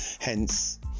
hence